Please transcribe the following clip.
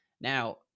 Now